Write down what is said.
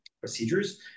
procedures